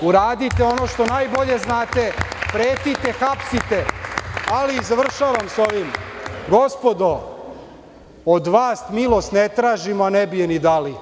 Uradite ono što najbolje znate, pretite, hapsite, ali, gospodo, od vas milost ne tražimo, a ne bi je ni dali.